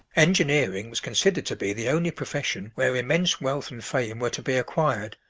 engineering was considered to be the only profession where immense wealth and fame were to be acquired,